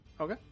Okay